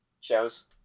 shows